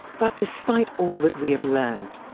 but despite all that we have learned,